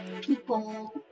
people